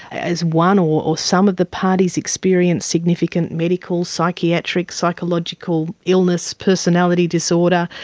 has one or or some of the parties experienced significant medical, psychiatric, psychological illness, personality disorder?